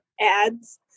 ads